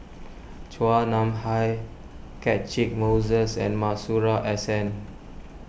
Chua Nam Hai Catchick Moses and Masuri S N